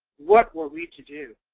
what were we to do?